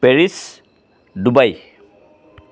Paris Dubai